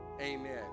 Amen